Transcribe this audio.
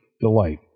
delight